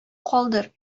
калдыр